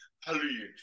hallelujah